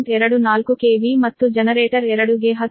24 KV ಮತ್ತು generator 2 ಗೆ 10